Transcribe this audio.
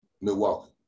Milwaukee